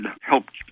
helped